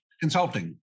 consulting